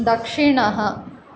दक्षिणः